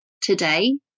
today